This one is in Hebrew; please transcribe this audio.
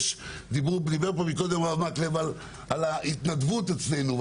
דיבר פה חבר הכנסת אורי מקלב על ההתנדבות אצלנו,